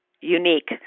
unique